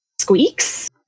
squeaks